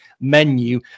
menu